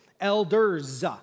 elders